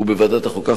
בוועדת החוקה,